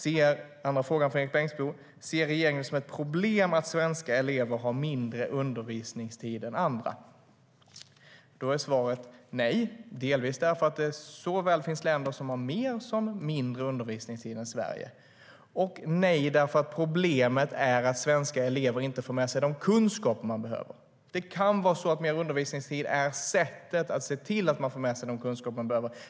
Den andra frågan från Erik Bengtzboe gällde om regeringen ser det som ett problem att svenska elever får mindre undervisningstid än andra. Svaret är: Nej, delvis därför att det finns länder som har såväl mer som mindre undervisningstid än Sverige. Nej, därför att problemet är att svenska elever inte får med sig de kunskaper de behöver. Det kan vara så att mer undervisningstid är sättet att se till att de får med sig den kunskap de behöver.